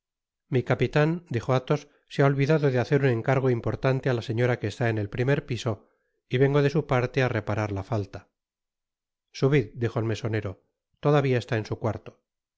mi capitan dijo athos se ha olvidado de hacer un encargo importante á la señora que está en el primer piso y vengo de su parte á reparar la falta subid dijo el mesonero todavia está en su cuarto